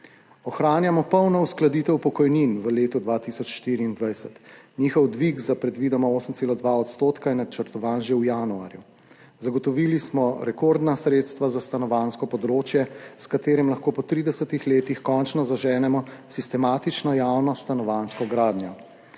Ohranjamo polno uskladitev pokojnin v letu 2024, njihov dvig za predvidoma 8,2 % je načrtovan že v januarju. Zagotovili smo rekordna sredstva za stanovanjsko področje, s katerim lahko po 30 letih končno zaženemo sistematično javno stanovanjsko gradnjo.